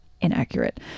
inaccurate